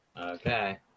Okay